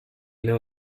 know